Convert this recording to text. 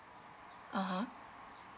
(uh huh)